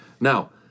Now